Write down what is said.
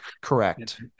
Correct